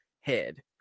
head